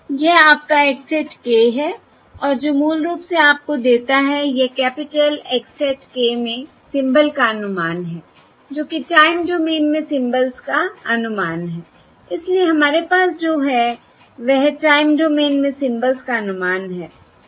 यह आपका X hat k है और जो मूल रूप से आपको देता है यह कैपिटल X hat k में सिंबल का अनुमान है जो कि टाइम डोमेन में सिंबल्स का अनुमान है इसलिए हमारे पास जो है वह टाइम डोमेन में सिंबल्स का अनुमान है